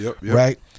right